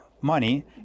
money